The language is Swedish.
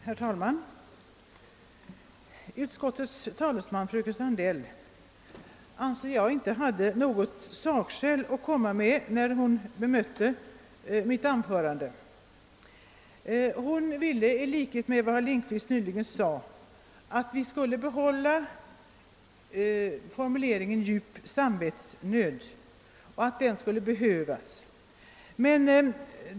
Herr talman! Enligt min uppfattning hade utskottets talesman, fröken Sandell, inte några sakskäl att åberopa när hon bemötte mitt anförande. Hon menade liksom också herr Lindkvist nyss gjorde att formuleringen »djup samvetsnöd» behövs och därför bör behållas.